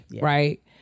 right